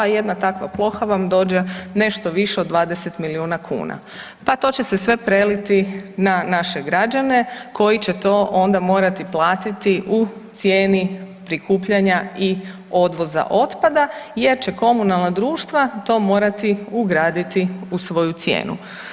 Jedna takva ploha vam dođe nešto više od 20 milijuna kuna, pa to će se sve preliti na naše građene koji će to onda morati platiti u cijeni prikupljanja i odvoza otpada jer će komunalna društva to morati ugraditi u svoju cijenu.